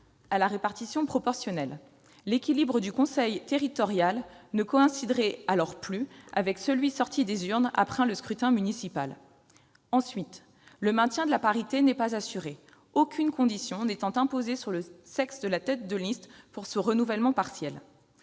à la proportionnelle. L'équilibre du conseil communautaire ne coïnciderait alors plus avec celui qui est sorti des urnes après le scrutin municipal. D'autre part, le maintien de la parité n'est pas assuré, aucune condition n'étant imposée sur le sexe de la tête de liste pour ce renouvellement partiel.